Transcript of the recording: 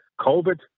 COVID